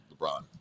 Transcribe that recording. LeBron